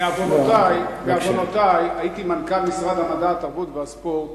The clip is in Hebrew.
בעוונותי הייתי מנכ"ל משרד המדע, התרבות והספורט